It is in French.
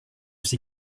ces